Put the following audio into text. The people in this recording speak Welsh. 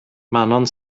manon